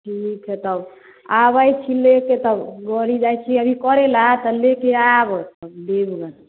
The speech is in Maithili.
ठीक हइ तब आबै छी लयके तब गड़ी जाय छी अभी करय लए तऽ लेके आयब तऽ दे देबै